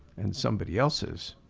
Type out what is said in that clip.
and somebody else is.